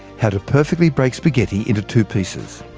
how to perfectly break spaghetti into two pieces.